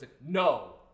No